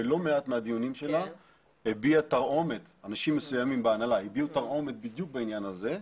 בלא מעט מהדיונים שלה הביעה תרעומת בדיוק בעניין הזה.